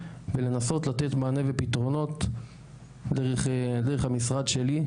ולנסות לתת מענה ופתרונות דרך המשרד שלי.